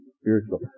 spiritual